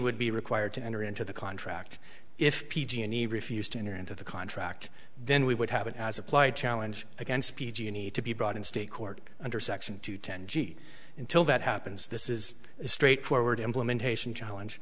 would be required to enter into the contract if p g and e refused to enter into the contract then we would have it as applied challenge against p g and e to be brought in state court under section two ten g until that happens this is a straight forward implementation challenge